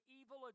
evil